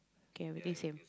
kay everything same